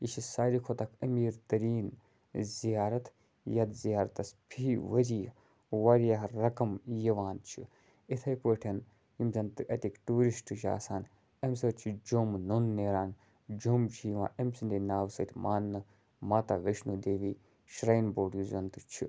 یہِ چھِ ساروٕے کھۄتہٕ اکھ امیٖر تریٖن زیارَت ییٚتھ زِیارتَس فی ؤریہِ واریاہ رقم یِوان چھُ یِتھٔے پٲٹھۍ یِم زَن تہِ اَتِکۍ ٹیٛوٗرِسٹہٕ چھِ آسان اَمہِ سۭتۍ چھُ جوٚم نوٚن نیران جوٚم چھُ یِوان أمۍ سٕنٛدے ناوٕ سۭتۍ ماننہٕ ماتا ویشنو دیوی شرٛاین بورڈ یُس زَن تہِ چھُ